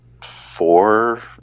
four –